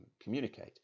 communicate